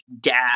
dad